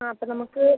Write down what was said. ആ അപ്പം നമുക്ക്